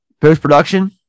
post-production